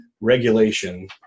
regulation